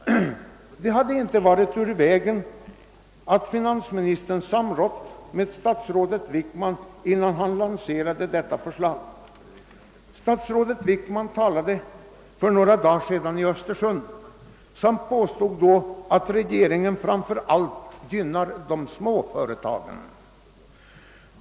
Det hade inte varit ur vägen om finansministern samrått med statsrådet Wickman innan han lanserade detta förslag. Statsrådet Wickman talade för några dagar sedan i Östersund och påstod då, att regeringen framför allt gynnar de små företagen.